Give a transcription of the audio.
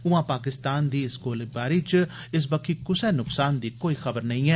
उआं पाकिस्तानी दी इस गोलीबारी च इस बक्खी कुसा नुक्सान दी कोई खबर नेई ऐ